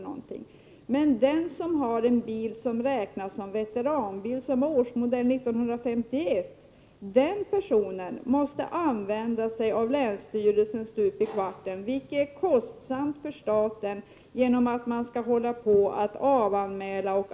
Men den som har en bil, som räknas som veteranbil men är av årsmodell 1951, den personen måste anlita länsstyrelsen stup i kvarten. Detta är kostsamt för staten.